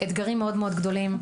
אתגרים מאוד-מאוד גדולים.